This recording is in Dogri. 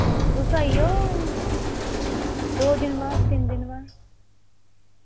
तुस आई जाओ दो दिन बाद तिन दिन बाद